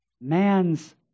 Man's